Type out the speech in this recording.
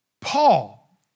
Paul